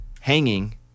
hanging